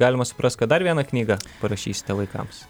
galima suprast kad dar vieną knygą parašysite vaikams